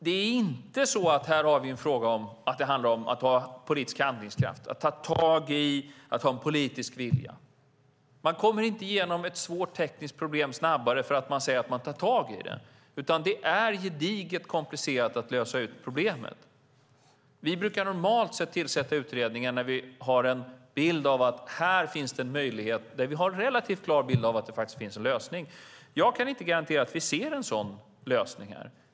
Det är inte så att detta handlar om att ha politisk handlingskraft och vilja och att ta tag i frågan. Man kommer inte igenom ett svårt tekniskt problem snabbare för att man säger att man tar tag i det. Detta problem är gediget komplicerat att lösa. Vi brukar normalt sett tillsätta utredningar när vi har en relativt klar bild av att det finns en lösning. Jag kan inte garantera att vi ser en sådan lösning här.